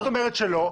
את אומרת שלא,